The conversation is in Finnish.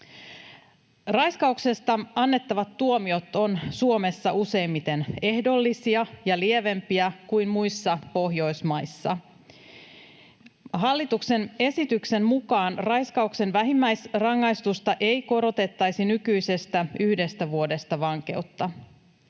Raiskauksesta annettavat tuomiot ovat Suomessa useimmiten ehdollisia ja lievempiä kuin muissa Pohjoismaissa. Hallituksen esityksen mukaan raiskauksen vähimmäisrangaistusta ei korotettaisi nykyisestä yhdestä vuodesta vankeutta.